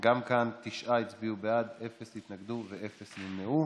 גם כאן תשעה הצביעו בעד, אפס התנגדו ואפס נמנעו,